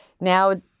now